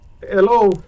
Hello